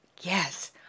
Yes